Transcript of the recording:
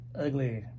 ugly